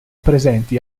presenti